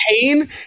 pain